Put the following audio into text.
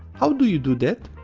how do you do that?